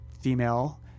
female